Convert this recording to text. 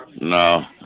No